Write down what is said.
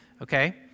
Okay